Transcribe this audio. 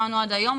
לא ענו עד היום.